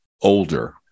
older